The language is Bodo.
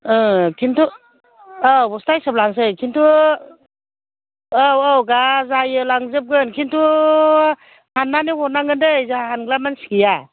किन्तु औ बस्ता हिसाब लांसै किन्तु औ औ जा जायो लांजोबगोन किन्तु हाननानै हरनांगोन दै जोंहा हानग्रा मानसि गैया